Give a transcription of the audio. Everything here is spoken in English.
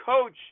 coach